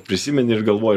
prisimeni ir galvoji